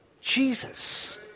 Jesus